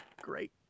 great